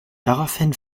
daraufhin